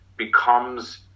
becomes